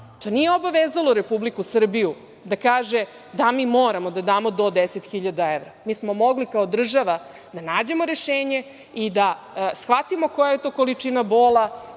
To nije obavezalo Republiku Srbiju da kaže – da, mi moramo da damo do 10.000 evra. Mi smo mogli kao država da nađemo rešenje i da shvatimo koja je to količina bola,